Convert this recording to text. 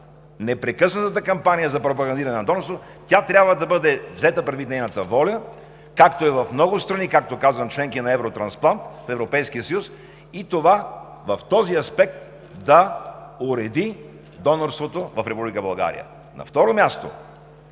непрекъснатата кампания за пропагандиране на донорството, тя трябва да бъде взета преди нейната воля, както е в много страни, както казвам, членки на Евротрансплант в Европейския съюз, и това в този аспект да уреди донорството в Република България. На второ място,